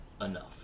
enough